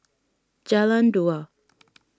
Jalan Dua